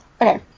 Okay